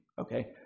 okay